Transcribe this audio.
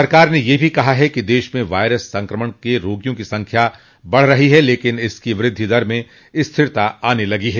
सरकार ने यह भी कहा है कि देश में वायरस संक्रमण के रोगियों की संख्या बढ़ रही है लेकिन इसकी वृद्धि दर में स्थिरता आने लगी है